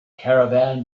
caravan